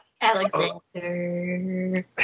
Alexander